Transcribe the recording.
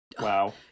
Wow